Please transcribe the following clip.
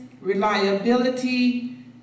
reliability